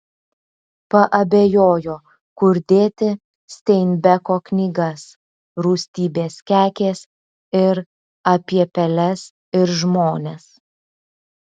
paabejojo kur dėti steinbeko knygas rūstybės kekės ir apie peles ir žmones